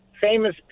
famous